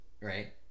right